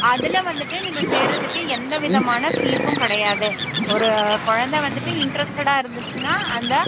அதில் வந்துவிட்டு நீங்கள் சேர்றதுக்கு எந்த விதமான ஃபீஸும் கிடையாது ஒரு குழந்த வந்துவிட்டு இன்ட்ரெஸ்ட்டடாக இருந்துச்சுன்னா அந்த